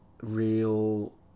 real